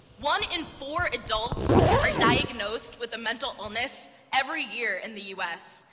one in four adults are diagnosed with a mental illness every year in the us,